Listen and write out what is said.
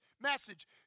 Message